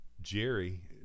jerry